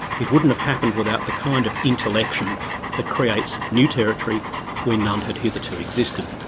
it wouldn't have happened without the kind of intellection that creates new territory where none had hitherto existed.